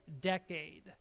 decade